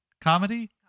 comedy